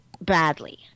badly